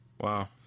Wow